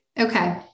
Okay